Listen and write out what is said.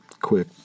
quick